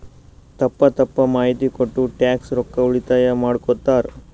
ತಪ್ಪ ತಪ್ಪ ಮಾಹಿತಿ ಕೊಟ್ಟು ಟ್ಯಾಕ್ಸ್ ರೊಕ್ಕಾ ಉಳಿತಾಯ ಮಾಡ್ಕೊತ್ತಾರ್